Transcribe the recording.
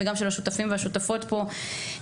גם של השותפים והשותפות פה.